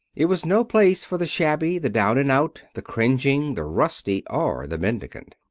it was no place for the shabby, the down-and-out, the cringing, the rusty, or the mendicant.